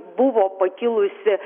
buvo pakilusi